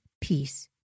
peace